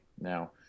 now